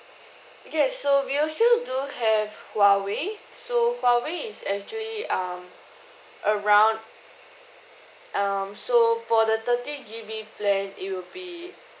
yes so we actually do have huawei so huawei is actually um around um so for the thirty G_B plan it will be